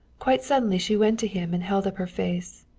quite suddenly she went to him and held up her face.